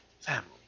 family